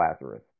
Lazarus